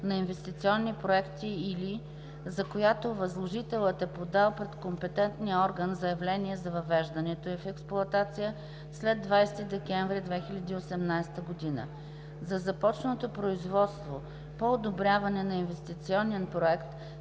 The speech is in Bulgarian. на инвестиционни проекти или, за която възложителят е подал пред компетентния орган заявление за въвеждането й в експлоатация след 20 декември 2018 г. За започнато производство по одобряване на инвестиционен проект